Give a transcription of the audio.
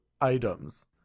items